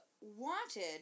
wanted